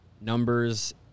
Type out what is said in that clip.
numbers